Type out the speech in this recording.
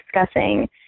discussing